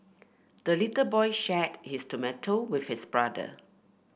the little boy shared his tomato with his brother